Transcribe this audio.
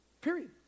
Period